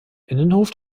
innenhof